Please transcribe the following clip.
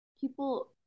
people